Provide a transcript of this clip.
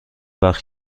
وقت